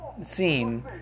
scene